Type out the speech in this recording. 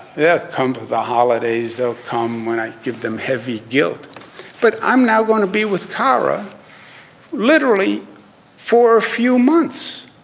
yeah come to the holidays. come when i give them heavy guilt but i'm not going to be with kyra literally for a few months.